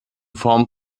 form